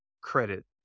credit